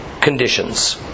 conditions